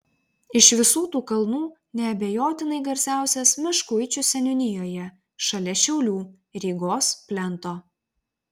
iš visų tų kalnų neabejotinai garsiausias meškuičių seniūnijoje šalia šiaulių rygos plento